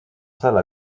salle